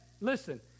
listen